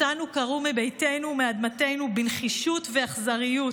אותנו קרעו מביתנו ומאדמתנו בנחישות ובאכזריות,